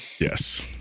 yes